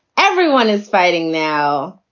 everyone is fighting now.